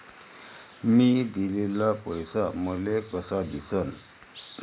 मी दिलेला पैसा मले कसा दिसन?